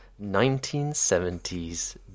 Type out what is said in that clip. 1970s